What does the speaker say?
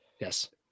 Yes